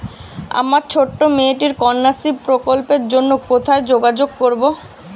আমার ছোট্ট মেয়েটির কন্যাশ্রী প্রকল্পের জন্য কোথায় যোগাযোগ করব?